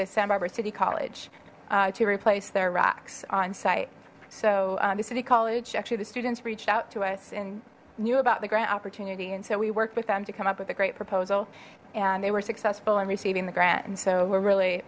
barbara city college to replace their racks on site so the city college actually the students reached out to us and knew about the grant opportunity and so we worked with them to come up with a great proposal and they were successful in receiving the grant and so we're really